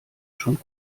schon